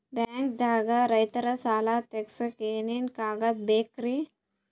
ಬ್ಯಾಂಕ್ದಾಗ ರೈತರ ಸಾಲ ತಗ್ಸಕ್ಕೆ ಏನೇನ್ ಕಾಗ್ದ ಬೇಕ್ರಿ?